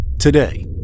today